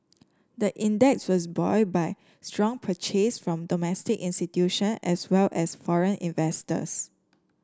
the index was buoyed by strong purchases from domestic institution as well as foreign investors